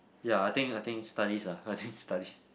ya I think I think studies ah I think studies